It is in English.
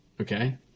Okay